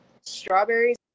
Strawberries